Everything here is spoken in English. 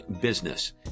business